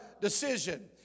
decision